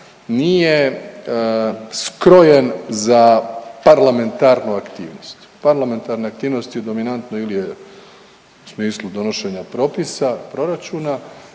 nije skrojen za parlamentarnu aktivnost. Parlamentarna aktivnost je dominantno ili je u smislu donošenja propisa, proračuna